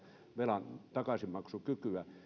velan takaisinmaksukykyä